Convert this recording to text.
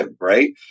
right